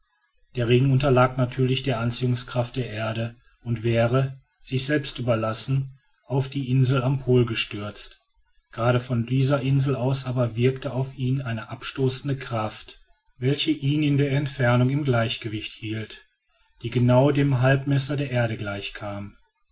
der ring unterlag natürlich der anziehungskraft der erde und wäre sich selbst überlassen auf die insel am pol gestürzt gerade von dieser insel aus aber wirkte auf ihn eine abstoßende kraft welche ihn in der entfernung im gleichgewicht hielt die genau dem halbmesser der erde gleichkam